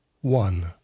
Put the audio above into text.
one